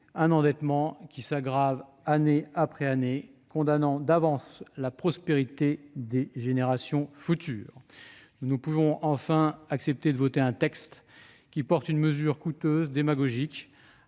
un endettement qui s'aggrave, année après année, menaçant d'avance la prospérité des générations futures. Enfin, nous ne pouvons accepter de voter un texte qui comporte une mesure coûteuse et démagogique,